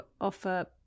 offer